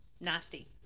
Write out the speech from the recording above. Nasty